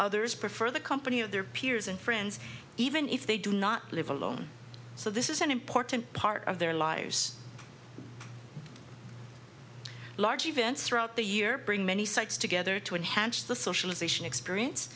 others prefer the company of their peers and friends even if they do not live alone so this is an important part of their lives large events throughout the year bring many sites together to enhance the socialization experience